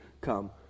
come